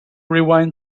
rewind